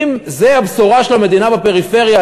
אם זו הבשורה של המדינה בפריפריה,